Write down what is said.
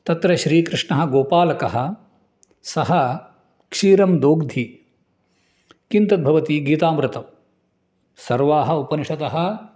तत्र श्रीकृष्णः गोपालकः सः क्षीरं दोग्धि किं तद् भवति गीतामृतं सर्वाः उपनिषदः